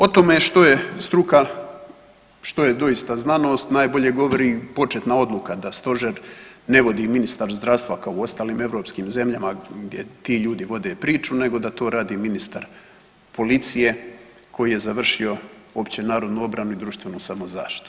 O tome što je struka, što je doista znanost najbolje govori početna odluka da stožer ne vodi ministar zdravstva kao u ostalim europskim zemljama gdje ti ljudi vode priču nego da to radi ministar policije koji je završio općenarodnu obranu i društvenu samozaštitu.